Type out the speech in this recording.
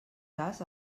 cas